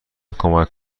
کمک